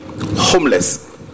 Homeless